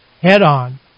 head-on